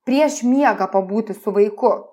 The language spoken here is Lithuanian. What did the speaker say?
prieš miegą pabūti su vaiku